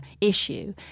issue